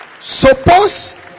Suppose